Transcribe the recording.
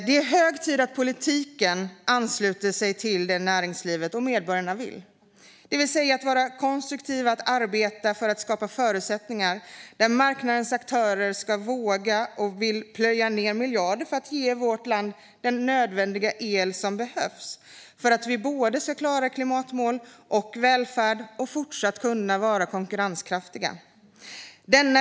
Det är hög tid att politiken ansluter sig till det näringslivet och medborgarna vill, det vill säga att vara konstruktiva och arbeta för att skapa förutsättningar där marknadens aktörer ska våga och vilja plöja ned miljarder för att ge vårt land den el som behövs för att vi ska klara klimatmål och välfärd och kunna fortsätta att vara konkurrenskraftiga.